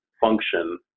function